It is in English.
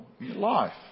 life